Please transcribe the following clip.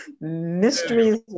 Mysteries